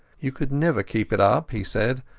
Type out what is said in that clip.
you could never keep it up, he said,